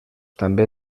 també